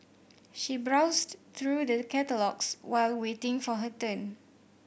she browsed through the catalogues while waiting for her turn